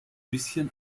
bisschen